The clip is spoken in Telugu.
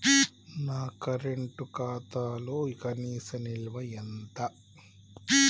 నా కరెంట్ ఖాతాలో కనీస నిల్వ ఎంత?